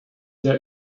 sehr